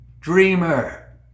Dreamer